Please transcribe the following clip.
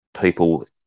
people